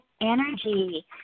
energy